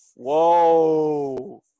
Whoa